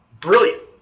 Brilliant